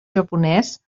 japonès